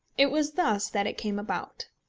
it was thus that it came about.